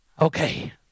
Okay